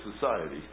society